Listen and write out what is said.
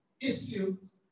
issues